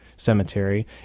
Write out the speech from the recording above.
Cemetery